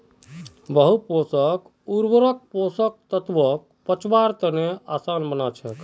बहु पोषक उर्वरक पोषक तत्वक पचव्वार तने आसान बना छेक